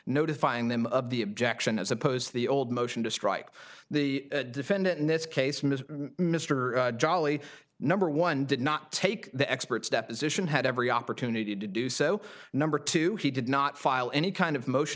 notifying them of the objection as opposed to the old motion to strike the defendant in this case ms mr jolly number one did not take the experts deposition had every opportunity to do so number two he did not file any kind of motion